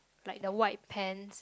like the white pants